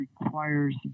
requires